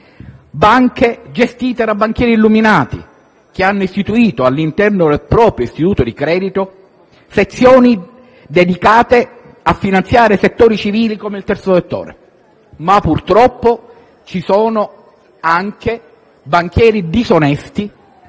banche gestite da banchieri illuminati che hanno istituito, all'interno del proprio istituto di credito, sezioni dedicate a finanziare settori civili come il terzo settore. Purtroppo, però, ci sono anche banchieri disonesti